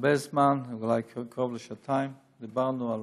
הרבה זמן, אולי קרוב לשעתיים, דיברנו על